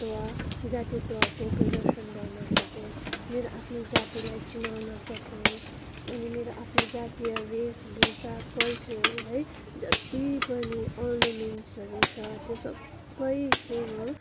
त्व जातित्वको प्रदर्शन गर्न सकोस् मेरो आफ्नो जातिलाई चिनाउन सकौँ अनि मेरो आफ्नो जातीय भेष भूषा कल्चर है जति पनि अर्नमेन्ट्सहरू छ त्यो सबै चाहिँ म